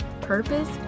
purpose